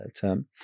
term